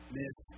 miss